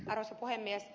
arvoisa puhemies